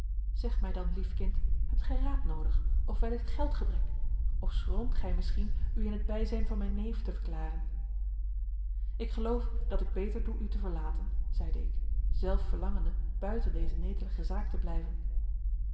zeg mij dan lief kind hebt gij raad noodig of wellicht geldgebrek of schroomt gij misschien u in het bijzijn van mijn neef te verklaren ik geloof dat ik beter doe u te verlaten zeide ik zelf verlangende buiten deze netelige zaak te blijven